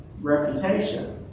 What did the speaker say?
reputation